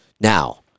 Now